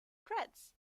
threads